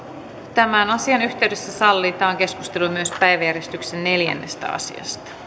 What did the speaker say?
tämän asian yhteydessä sallitaan keskustelu myös päiväjärjestyksen neljännestä asiasta